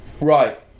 Right